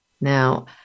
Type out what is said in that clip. Now